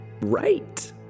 right